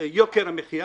יוקר המחיה